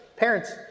Parents